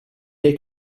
dei